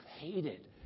hated